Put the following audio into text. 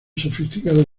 sofisticado